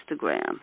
Instagram